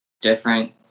different